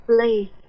play